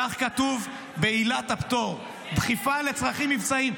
כך כתוב בעילת הפטור, דחיפה לצרכים מבצעיים.